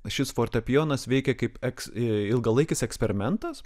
šis fortepijonas veikė kaip eks ilgalaikis eksperimentas